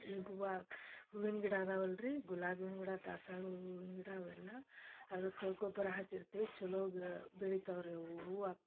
ಈಗ ಹೂವು ಹೂವಿನ ಗಿಡ ಅದವಲ್ಲ ರೀ ಗುಲಾಬಿ ಹೂವಿನ ಗಿಡ ದಾಸ್ವಾಳ ಹೂವಿನ ಗಿಡ ಅವೆಲ್ಲ ಅದಕ್ಕೆ ಗೊಬ್ಬರ ಹಾಕಿರ್ತೀವಿ ಚಲೋಗ ಬೆಳಿತಾವೆ ರೀ ಅವು ಹೂ ಆಗ್ತಾವು